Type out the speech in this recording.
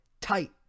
tight